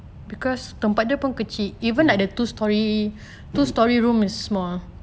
um mm